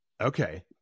Okay